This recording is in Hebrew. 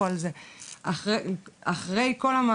בין כל הגורמים שמעורבים בזכויות החולים.